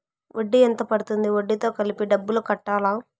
వడ్డీ ఎంత పడ్తుంది? వడ్డీ తో కలిపి డబ్బులు కట్టాలా?